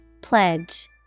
Pledge